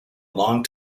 long